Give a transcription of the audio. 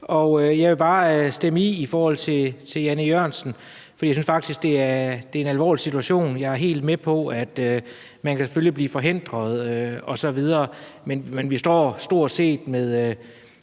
Jeg vil bare stemme i i forhold til Jan E. Jørgensen, for jeg synes faktisk, at det er en alvorlig situation. Jeg er helt med på, at man selvfølgelig kan blive forhindret osv., men vi står med